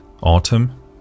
autumn